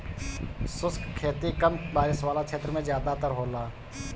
शुष्क खेती कम बारिश वाला क्षेत्र में ज़्यादातर होला